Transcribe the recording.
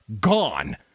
Gone